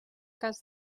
cas